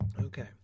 Okay